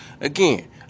Again